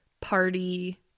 party